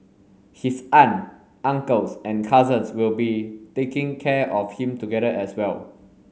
his aunt uncles and cousins will be taking care of him together as well